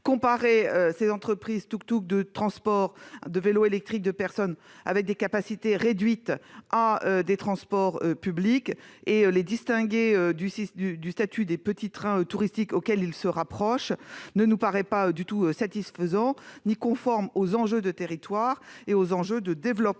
comparer des entreprises de transport de vélos électriques de personnes avec des capacités réduites comme T'tuktuk ? à des transports publics et les distinguer du statut des petits trains touristiques dont ils se rapprochent ne nous paraît ni satisfaisant ni conforme aux enjeux des territoires et du développement